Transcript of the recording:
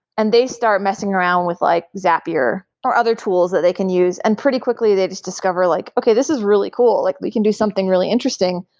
and they start messing around with like zapier, or other tools that they can use and pretty quickly, they just discover like, okay, this is really cool. like we can do something really interesting.